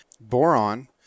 Boron